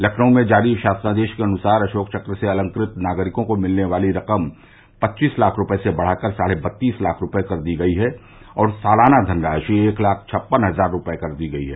लखनऊ में जारी शासनादेश के अनुसार अशोक चक्र से अलकृत नागरिकों को मिलने वाली रक्म पच्चीस लाख रूपये से बढ़ा कर साढ़े बत्तीस लाख रूपये कर दी गई है और सालाना धनराशि एक लाख छप्पन हजार रूपये कर दी गई है